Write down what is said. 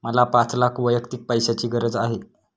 मला पाच लाख वैयक्तिक पैशाची गरज आहे